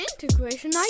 Integration